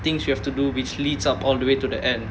things we have to do which leads up all the way to the end